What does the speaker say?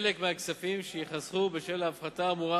חלק מהכספים שייחסכו בשל ההפחתה האמורה